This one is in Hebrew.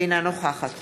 אינה נוכחת